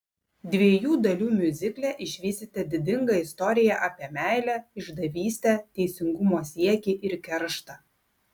dviejų dalių miuzikle išvysite didingą istoriją apie meilę išdavystę teisingumo siekį ir kerštą